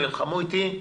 נלחמו איתי,